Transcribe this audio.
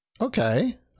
Okay